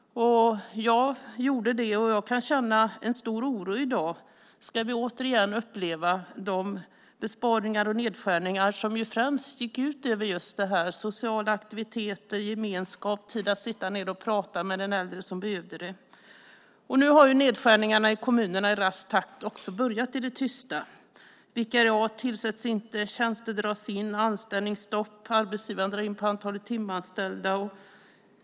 Jag gjorde det, och jag kan känna en stor oro i dag. Ska vi återigen uppleva de besparingar och nedskärningar som främst gick ut över just det här, sociala aktiviteter, gemenskap, tiden för att sitta ned och prata med den äldre som behövde det? Nu har ju nedskärningarna i kommunerna i rask takt också börjat i det tysta. Vikariat tillsätts inte. Tjänster dras in. Det är anställningsstopp. Arbetsgivaren drar in på antalet timanställda.